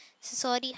Sorry